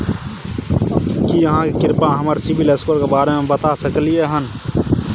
की आहाँ कृपया हमरा सिबिल स्कोर के बारे में बता सकलियै हन?